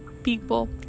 people